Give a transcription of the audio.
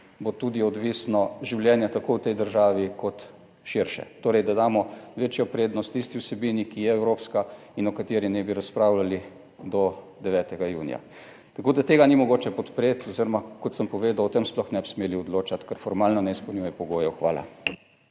bo tudi odvisno življenje tako v tej državi kot širše. Torej da damo večjo prednost tisti vsebini, ki je evropska in o kateri ne bi razpravljali do 9. junija. Tako da tega ni mogoče podpreti oziroma kot sem povedal, o tem sploh ne bi smeli odločati, ker formalno ne izpolnjuje pogojev. Hvala.